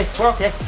we're okay,